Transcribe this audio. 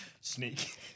Sneak